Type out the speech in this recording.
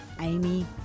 Amy